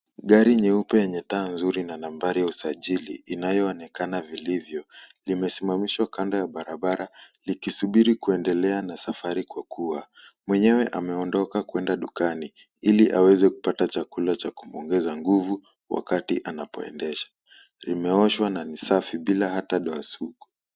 Gari nyeupe yenye taa nzuri na nambari ya usajili inayoonekana vilivyo. Limesimamishwa kando ya barabara likisubiri kuendelea na safari kwa kuwa mwenyewe ameondoka kuenda dukani ili aweze kupata chakula cha kumwongeza nguvu wakati anapoendesha. Limeoshwa na ni safi bila hata doa sugu.